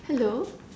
hello